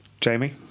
Jamie